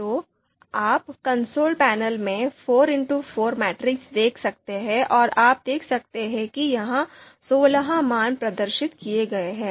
तो आप console panel में 4x4 मैट्रिक्स देख सकते हैं और आप देख सकते हैं कि यहां सोलह मान प्रदर्शित किए गए हैं